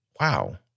wow